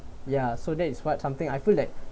ya so that is what something I feel like